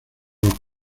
los